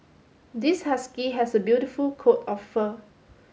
this husky has a beautiful coat of fur